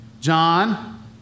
John